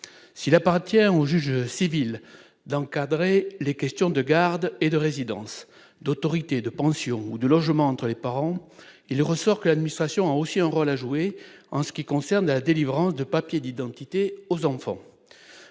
s'il appartient au juge civil d'encadrer les questions de garde et de résidence d'autorité de pensions ou de logements entre les parents, il ressort que l'administration aussi un rôle à jouer en ce qui concerne la délivrance de papiers d'identité aux enfants,